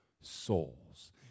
souls